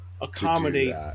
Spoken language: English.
accommodate